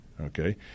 okay